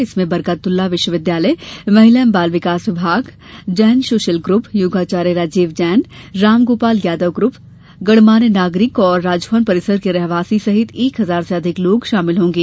इसमें बरकतउल्ला विश्वविद्यालय महिला एवं बाल विकास विभाग जैन सोशल ग्रप योगाचार्य राजीव जैन रामगोपाल यादव ग्रूप गणमान्य नागरिक और राजभवन परिसर के रहवासी सहित एक हजार से अधिक लोग शामिल होंगे